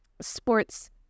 sports